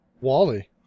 Wally